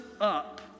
up